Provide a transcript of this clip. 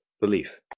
belief